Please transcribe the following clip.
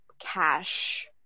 cash